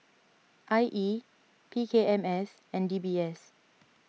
I E P K M S and D B S